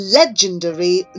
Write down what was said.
legendary